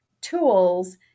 tools